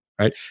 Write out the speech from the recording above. right